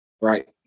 Right